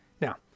Now